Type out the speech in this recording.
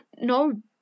no